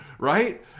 right